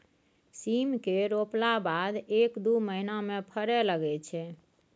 सीम केँ रोपला बाद एक दु महीना मे फरय लगय छै